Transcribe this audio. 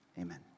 Amen